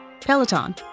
Peloton